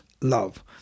love